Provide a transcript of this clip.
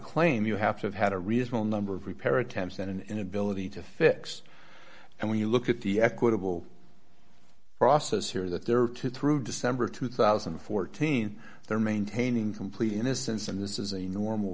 claim you have to have had a reasonable number of repair attempts and an inability to fix and when you look at the equitable process here that there are two through december two thousand and fourteen they're maintaining complete innocence and this is a normal